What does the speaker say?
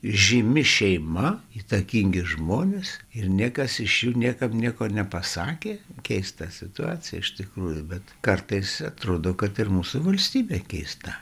žymi šeima įtakingi žmonės ir niekas iš jų niekam nieko nepasakė keista situacija iš tikrųjų bet kartais atrodo kad ir mūsų valstybė keista